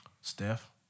Steph